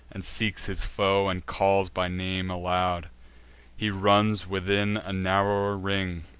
and seeks his foe, and calls by name aloud he runs within a narrower ring,